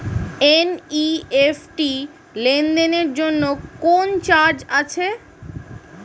NEFT লেনদেনের জন্য কোন চার্জ আছে?